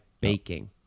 baking